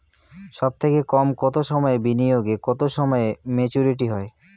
সবথেকে কম কতো সময়ের বিনিয়োগে কতো সময়ে মেচুরিটি হয়?